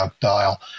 dial